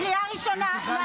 קריאה ראשונה.